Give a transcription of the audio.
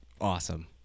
awesome